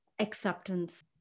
acceptance